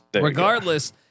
Regardless